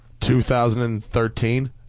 2013